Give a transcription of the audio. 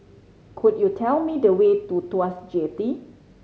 could you tell me the way to Tuas Jetty